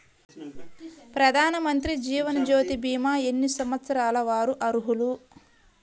ప్రధానమంత్రి జీవనజ్యోతి భీమా ఎన్ని సంవత్సరాల వారు అర్హులు?